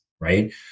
right